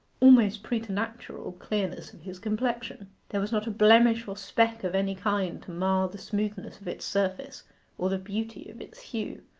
almost preternatural, clearness of his complexion. there was not a blemish or speck of any kind to mar the smoothness of its surface or the beauty of its hue.